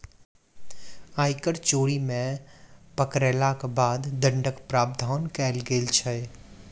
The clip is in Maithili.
आयकर चोरी मे पकड़यलाक बाद दण्डक प्रावधान कयल गेल छै